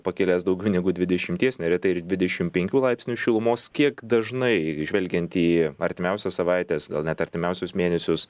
pakilęs daugiau negu dvidešimties neretai ir dvidešim penkių laipsnių šilumos kiek dažnai žvelgiant į artimiausias savaites gal net artimiausius mėnesius